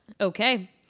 Okay